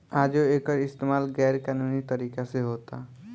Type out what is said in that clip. आजो एकर इस्तमाल गैर कानूनी तरीका से होता